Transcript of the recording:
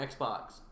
Xbox